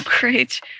great